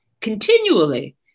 continually